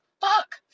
Fuck